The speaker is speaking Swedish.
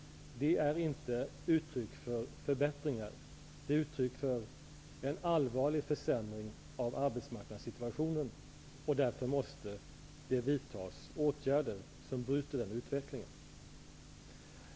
Det är inte uttryck för förbättringar. Det är uttryck för en allvarlig försämring av arbetsmarknadssituationen, och därför måste det vidtas åtgärder som bryter den utvecklingen.